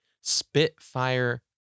Spitfire